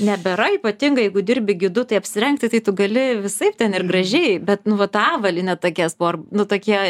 nebėra ypatingai jeigu dirbi gidu tai apsirengti tai tu gali visaip ten ir gražiai bet nu vat avalynę tokie spor nu tokie